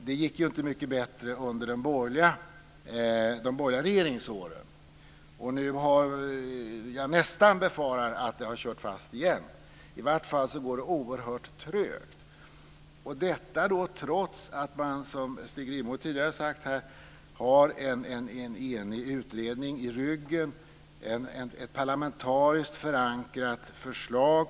Det gick inte mycket bättre under de borgerliga regeringsåren heller, och nu befarar jag nästan att det har kört fast igen. I varje fall så går det oerhört trögt, trots att man som Stig Rindborg tidigare har sagt här har en enig utredning i ryggen och ett parlamentariskt förankrat förslag.